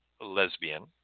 lesbian